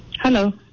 Hello